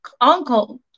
uncle